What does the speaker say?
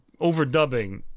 overdubbing